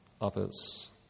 others